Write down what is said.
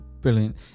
Brilliant